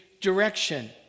direction